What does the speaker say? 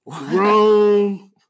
Rome